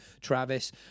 travis